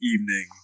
evening